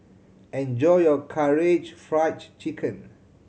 enjoy your Karaage Fried Chicken